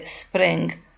spring